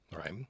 right